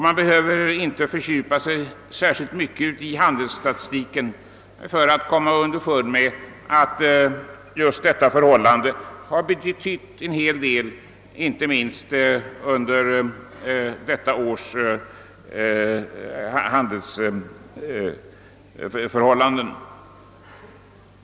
Man behöver inte fördjupa sig särskilt mycket i handelsstatistiken för att komma underfund med att detta förhållande betytt en hel del, inte minst för handeln i år.